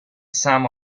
some